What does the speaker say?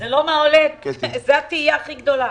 זאת התהייה הכי גדולה.